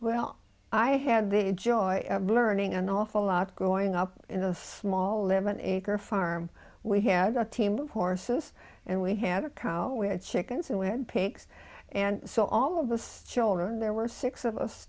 well i had the joy of learning an awful lot growing up in a small lemon acre farm we had a team of horses and we had a cow we had chickens and we had pigs and so all of us children there were six of us